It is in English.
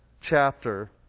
chapter